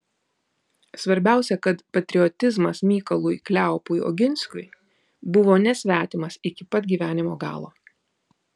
svarbiausia kad patriotizmas mykolui kleopui oginskiui buvo nesvetimas iki pat gyvenimo galo